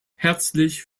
herzlich